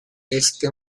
este